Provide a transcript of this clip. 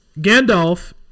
Gandalf